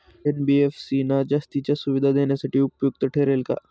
NBFC ना जास्तीच्या सुविधा देण्यासाठी उपयुक्त ठरेल का?